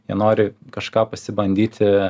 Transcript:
jie nori kažką pasibandyti